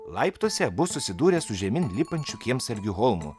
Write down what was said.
laiptuose abu susidūrė su žemyn lipančiu kiemsargiu holmu